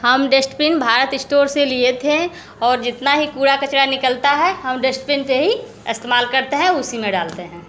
हम dustbin Bharat store से लिए थे और जितना ही कूड़ा कचरा निकलता है हम डश्टबिन पर ही इस्तेमाल करते हैं उसी में डालते हैं